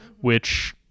which-